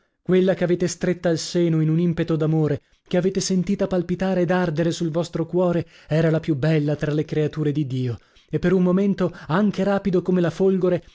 quella che avete stretta al seno in un impeto d'amore che avete sentita palpitare ed ardere sul vostro cuore era la più bella tra le creature di dio e per un momento anche rapido come la folgore